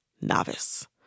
novice